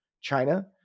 China